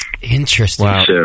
Interesting